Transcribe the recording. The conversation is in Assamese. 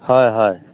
হয় হয়